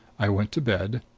i went to bed,